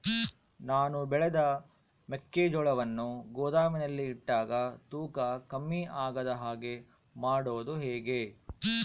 ನಾನು ಬೆಳೆದ ಮೆಕ್ಕಿಜೋಳವನ್ನು ಗೋದಾಮಿನಲ್ಲಿ ಇಟ್ಟಾಗ ತೂಕ ಕಮ್ಮಿ ಆಗದ ಹಾಗೆ ಮಾಡೋದು ಹೇಗೆ?